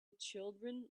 children